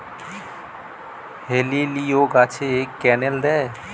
হেলিলিও গাছে ক্যানেল দেয়?